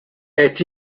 est